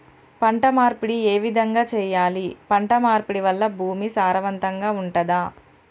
పంట మార్పిడి ఏ విధంగా చెయ్యాలి? పంట మార్పిడి వల్ల భూమి సారవంతంగా ఉంటదా?